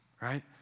right